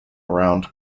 around